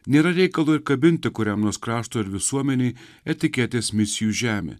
nėra reikalo kabinti kuria mūsų krašto ir visuomenei etiketės misijų žemė